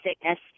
sickness